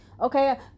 Okay